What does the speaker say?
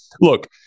look